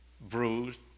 Bruised